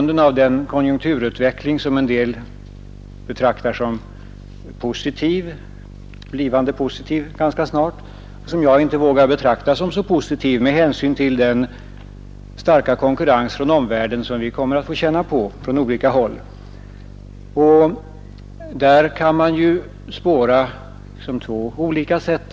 Den konjunkturutveckling som en del betraktar som blivande positiv ganska snart, vågar inte jag betrakta som så positiv med hänsyn till den starka konkurrens från olika håll i omvärlden som vi kommer att få känna på. Konkurrensen kommer från två olika håll.